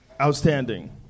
Outstanding